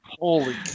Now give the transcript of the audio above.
Holy